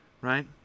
Right